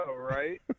right